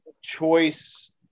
choice